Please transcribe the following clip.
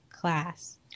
class